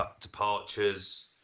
departures